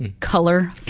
and color.